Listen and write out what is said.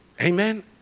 Amen